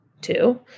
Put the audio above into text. two